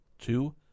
two